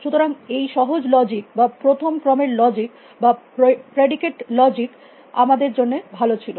সুতরাং এই সহজ লজিক বা প্রথম ক্রমের লজিক বা প্রেডিকেট লজিক আমাদের জন্য ভালো ছিল